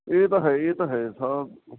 ਇਹ ਤਾਂ ਹੈ ਇਹ ਤਾਂ ਹੈ ਸਭ